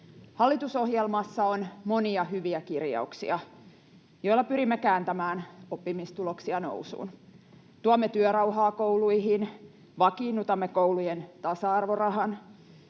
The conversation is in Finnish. Hallitusohjelmassa on monia hyviä kirjauksia, joilla pyrimme kääntämään oppimistuloksia nousuun: tuomme työrauhaa kouluihin, vakiinnutamme koulujen tasa-arvorahan,